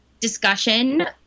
discussion